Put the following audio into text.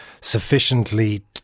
sufficiently